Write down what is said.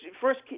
first